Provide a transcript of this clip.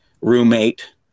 roommate